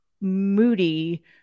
Moody